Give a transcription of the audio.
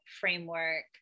framework